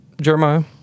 Jeremiah